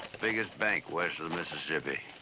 the biggest bank west of the mississippi.